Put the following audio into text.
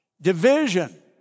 Division